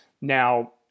Now